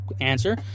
answer